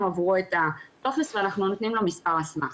עבורו את הטופס ואנחנו נותנים לו מספר אסמכתא.